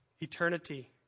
eternity